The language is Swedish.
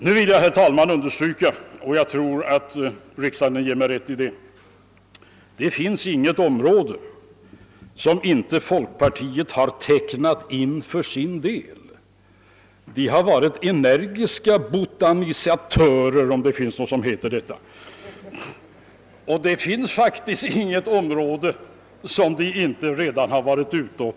Nu vill jag understryka att det faktiskt inte finns något område — jag tror att kammarens ledamöter ger mig rätt på den punkten — som folkpartiet inte tecknat in för sin del. Folkpartiet har varit en energisk botanisör — om nu det ordet existerar. Det finns faktiskt inget område som folkpartiet inte har mutat in.